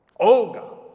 olga!